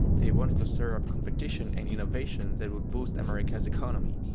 they wanted to stir up competition and innovation that would boost america's economy.